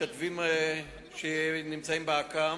המתנדבים שנמצאים באק"מ,